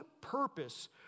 purpose